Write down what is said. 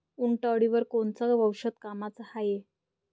उंटअळीवर कोनचं औषध कामाचं हाये?